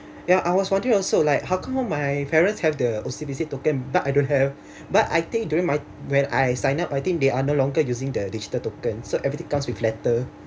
ya I was wondering also like how come all my parents have the O_C_B_C token but I don't have but I think during my when I sign up I think they are no longer using the digital token so everything comes with letter